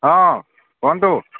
ହଁ କୁହନ୍ତୁ